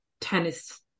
tennis